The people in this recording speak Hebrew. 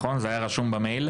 זה היה רשום במייל.